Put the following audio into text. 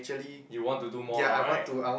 you want to do more now right